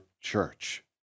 Church